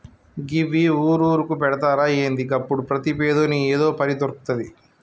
గివ్వి ఊరూరుకు పెడ్తరా ఏంది? గప్పుడు ప్రతి పేదోని ఏదో పని దొర్కుతది